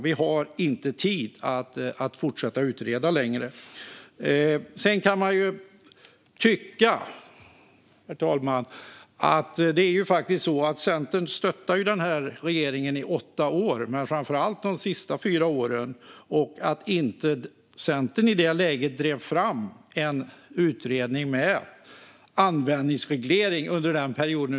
Vi har inte tid att fortsätta utreda längre. Herr talman! Det är faktiskt så att Centern stöttade den gamla regeringen i åtta år, men framför allt de sista fyra åren. Det är lite märkligt att inte Centern i det läget drev att det skulle vara en utredning om användningsreglering under den perioden.